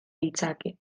ditzake